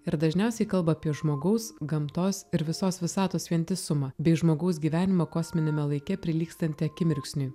ir dažniausiai kalba apie žmogaus gamtos ir visos visatos vientisumą bei žmogaus gyvenimą kosminiame laike prilygstantį akimirksniui